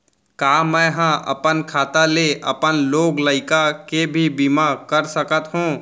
का मैं ह अपन खाता ले अपन लोग लइका के भी बीमा कर सकत हो